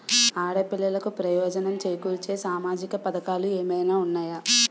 ఆడపిల్లలకు ప్రయోజనం చేకూర్చే సామాజిక పథకాలు ఏమైనా ఉన్నాయా?